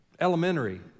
elementary